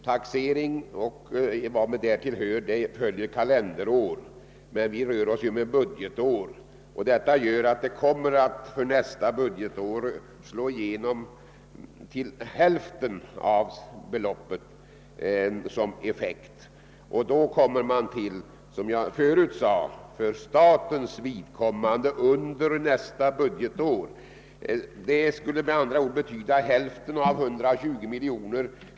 Taxering och vad därtill hör följer kalenderår, men vi rör oss ju med budgetår. Detta gör att ändringarna kommer att under nästa budgetår slå igenom med halva beloppet, och då kommer man, som jag förut sade, till att det för statens del under nästa budgetår skulle gälla hälften av 120 miljoner.